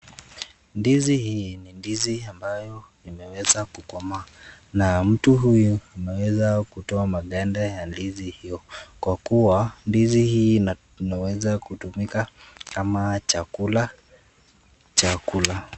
Ndizi hii ni ndizi ambayo imeweza kukomaa. Na mtu huyu ameweza kutoa maganda ya ndizi hiyo kwa kuwa ndizi hii inaweza kutumika kama chakula cha kula.